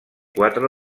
quatre